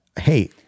hey